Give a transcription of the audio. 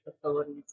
facilities